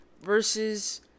versus